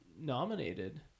nominated